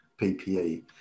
PPE